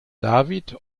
david